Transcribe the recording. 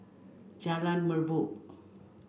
Jalan Merbok